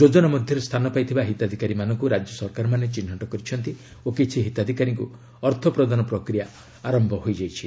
ଯୋଜନା ମଧ୍ୟରେ ସ୍ଥାନ ପାଇଥିବା ହିତାଧିକାରୀମାନଙ୍କୁ ରାଜ୍ୟ ସରକାରମାନେ ଚିହ୍ରଟ କରିଛନ୍ତି ଓ କିଛି ହିତାଧିକାରୀଙ୍କ ଅର୍ଥ ପ୍ରଦାନ ପ୍ରକ୍ୟିୟା ଆରମ୍ଭ ହୋଇଯାଇଛି